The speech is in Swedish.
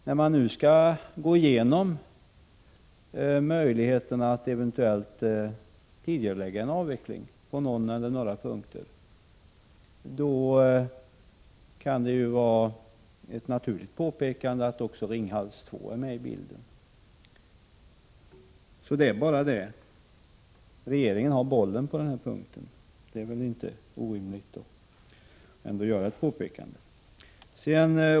När man nu skall gå igenom möjligheterna att eventuellt tidigarelägga en avveckling på någon eller nägra punkter kan det vara naturligt att också Ringhals 2 är med i bilden. Det är bara så att regeringen har bollen på denna punkt, och då är det inte orimligt att göra ett påpekande.